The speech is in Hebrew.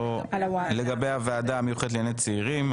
לגבי הוועדה המיוחדת לענייני צעירים,